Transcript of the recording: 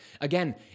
Again